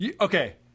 okay